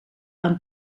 amb